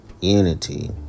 unity